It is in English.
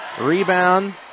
Rebound